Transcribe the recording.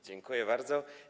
Dziękuję bardzo.